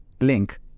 link